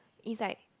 it's like